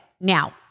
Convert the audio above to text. Now